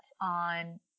on